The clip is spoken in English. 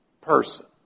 person